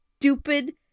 stupid